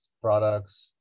products